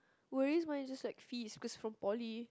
worries mine is just like fees because from poly